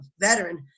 veteran